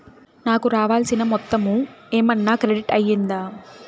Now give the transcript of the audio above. నాకు రావాల్సిన మొత్తము ఏమన్నా క్రెడిట్ అయ్యిందా